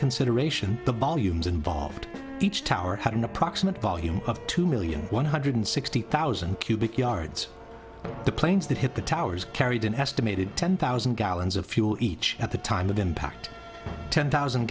consideration the ball humans involved each tower had an approximate volume of two million one hundred sixty thousand cubic yards the planes that hit the towers carried an estimated ten thousand gallons of fuel each at the time of impact ten thousand